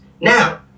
Now